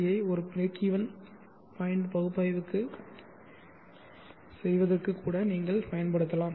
யை ஒரு breakeven point பகுப்பாய்வு செய்வதற்கு கூட நீங்கள் பயன்படுத்தலாம்